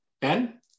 Ben